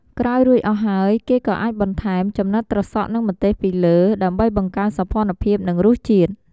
ក្រោយរួចអស់ហើយ គេក៏អាចបន្ថែម ចំណិតត្រសក់និងម្ទេសពីលើ ដើម្បីបង្កើនសោភ័ណភាពនិងរសជាតិ។